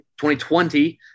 2020